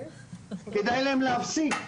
כדאי להם להפסיק.